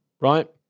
right